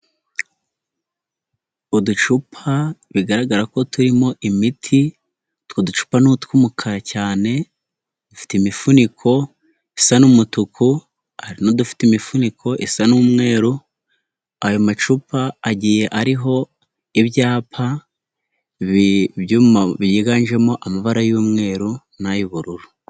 Uducupa bigaragara ko turimo imiti, utwo ducupa ni utw'umukara cyane dufite imifuniko isa n'umutuku n'udufite imifuniko isa n'umweru, ayo macupa agiye ariho ibyapa byiganjemo amabara y'umweru nay'ubururu.